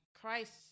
Christ